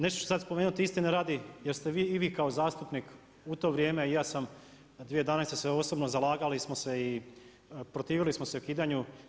Neću sada spomenuti istine radi jer ste i vi kao zastupnik u to vrijeme, a i ja sam 2011. svoje osobno zalagali smo se i protivili smo se ukidanju.